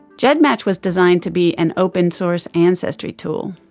gedmatch was designed to be an open source ancestry tool,